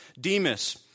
Demas